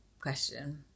question